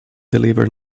deliver